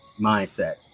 mindset